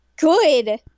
Good